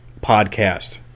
podcast